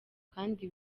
kandi